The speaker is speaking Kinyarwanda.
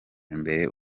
imbere